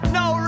no